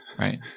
Right